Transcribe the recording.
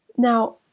Now